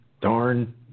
Darn